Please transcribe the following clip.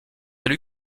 élu